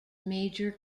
major